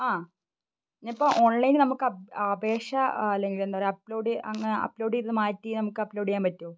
ആ ഞാൻ ഇപ്പോൾ ഓൺലൈനിൽ നമുക്ക് അപേക്ഷ അല്ലെങ്കിൽ എന്താണ് പറയുക അപ്ലോഡ് അപ്ലോഡ് ചെയ്തത് മാറ്റി നമുക്ക് അപ്ലോഡ് ചെയ്യാൻ പറ്റുമോ